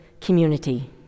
community